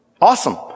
Awesome